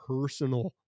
Personal